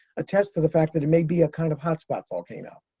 attests to the fact that it may be a kind of hotspot volcano,